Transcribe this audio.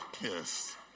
Yes